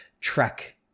track